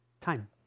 Time